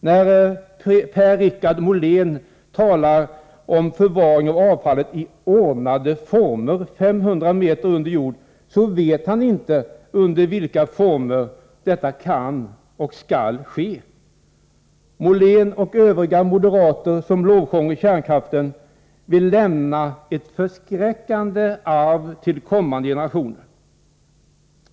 När Per-Richard Molén talar om förvaring av avfallet ”i ordnade former” 500 meter under jord, vet han inte i vilka former detta kan och skall ske. Per-Richard Molén och övriga moderater som lovsjunger kärnkraften vill lämna ett förskräckande arv till kommande generationer.